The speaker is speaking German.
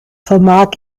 vermag